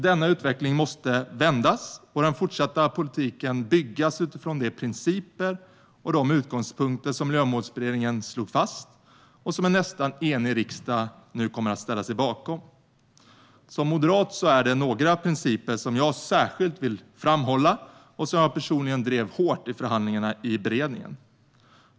Denna utveckling måste vändas och den fortsatta politiken byggas utifrån de principer och de utgångspunkter som Miljömålsberedningen slog fast och som en nästan enig riksdag nu kommer att ställa sig bakom. Som moderat är det några principer som jag särskilt vill framhålla, och som jag personligen drev hårt i förhandlingarna i beredningen.